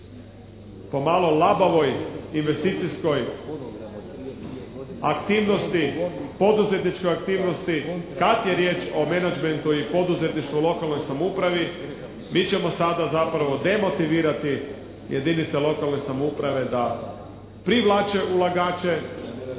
pomalo labavoj aktivnosti, poduzetničkoj aktivnosti, tad je riječ o menadžmentu i poduzetništvu u lokalnoj samoupravi, mi ćemo sada zapravo demotivirati jedinice lokalne samouprave da privlače ulagače